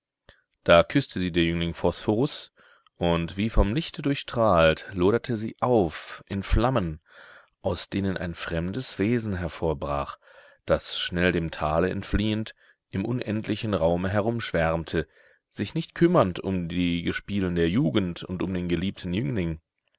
da küßte sie der jüngling phosphorus und wie vom lichte durchstrahlt loderte sie auf in flammen aus denen ein fremdes wesen hervorbrach das schnell dem tale entfliehend im unendlichen raume herumschwärmte sich nicht kümmernd um die gespielen der jugend und um den geliebten jüngling